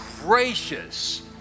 gracious